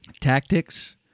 tactics